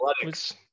athletics